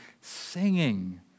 singing